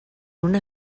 una